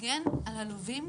להגן על הלווים,